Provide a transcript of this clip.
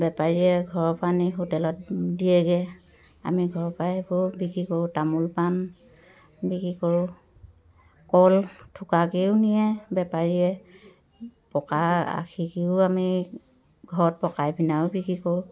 বেপাৰীয়ে ঘৰৰপৰা নি হোটেলত দিয়েগৈ আমি ঘৰৰপৰাই এইবোৰ বিক্ৰী কৰোঁ তামোল পাণ বিক্ৰী কৰোঁ কল ঠোকাকৈয়ো নিয়ে বেপাৰীয়ে পকা আশিকৈয়ো আমি ঘৰত পকাই পিনায়ো বিক্ৰী কৰোঁ